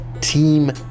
team